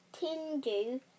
Tindu